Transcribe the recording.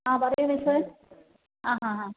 ആ പറയു മിസ്സെ ആ അ അ